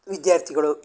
ವಿದ್ಯಾರ್ಥಿಗಳು